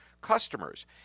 customers